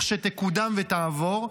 לכשתקודם ותעבור,